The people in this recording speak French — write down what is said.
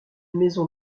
maison